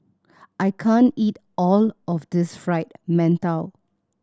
I can't eat all of this Fried Mantou